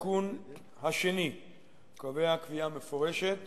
התיקון השני קובע קביעה מפורשת